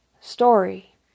story